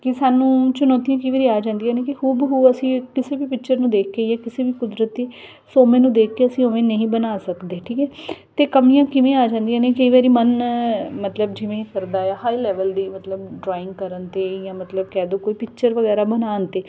ਕਿ ਸਾਨੂੰ ਚੁਣੌਤੀਆਂ ਕਈ ਵਾਰ ਆ ਜਾਂਦੀਆਂ ਨੇ ਕਿ ਹੂ ਬ ਹੂ ਅਸੀਂ ਕਿਸੇ ਵੀ ਪਿਕਚਰ ਨੂੰ ਦੇਖ ਕੇ ਜਾਂ ਕਿਸੇ ਵੀ ਕੁਦਰਤੀ ਸੋਮੇ ਨੂੰ ਦੇਖ ਕੇ ਅਸੀਂ ਉਵੇਂ ਨਹੀਂ ਬਣਾ ਸਕਦੇ ਠੀਕ ਹੈ ਅਤੇ ਕਮੀਆਂ ਕਿਵੇਂ ਆ ਜਾਂਦੀਆਂ ਨੇ ਕਈ ਵਾਰ ਮਨ ਮਤਲਬ ਜਿਵੇਂ ਆ ਹਾਈ ਲੈਵਲ ਦੀ ਮਤਲਬ ਡਰਾਇੰਗ ਕਰਨ 'ਤੇ ਜਾਂ ਮਤਲਬ ਕਹਿ ਦਓ ਕੋਈ ਪਿਕਚਰ ਵਗੈਰਾ ਬਣਾਉਣ 'ਤੇ